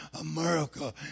America